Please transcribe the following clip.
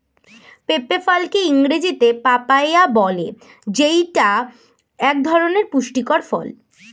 পেঁপে ফলকে ইংরেজিতে পাপায়া বলে যেইটা এক ধরনের পুষ্টিকর ফল